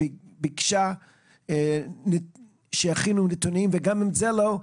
שביקשה שיכינו נתונים וגם אם זה לא,